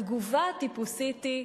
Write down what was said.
התגובה הטיפוסית היא: